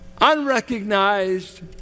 Unrecognized